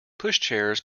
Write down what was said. pushchairs